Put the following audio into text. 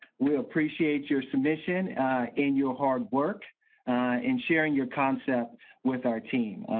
we appreciate your submission in your hard work and sharing your concept with our team.